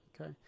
Okay